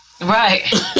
Right